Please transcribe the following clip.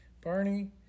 Barney